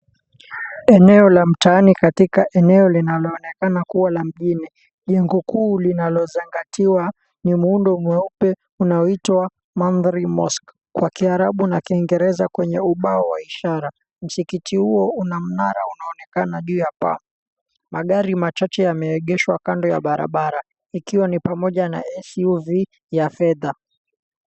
Eneo la mtaani linaloonekana kama kuwa la mjini. Jengo kuu linalozingatiwa ni muundo mweupe unaoitwa, MANDARY MOSQUE kwa kiarabu na kiingereza kwenye ubao wa ishara. Msikiti huo una mnara unaoonekana juu ya paa. Magari machache yameegeshwa kando ya barabara. Ikiwa pamoja na SUV ya fedha.